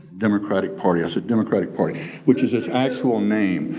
democratic party, i said democratic party which is this actual name.